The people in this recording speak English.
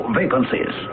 vacancies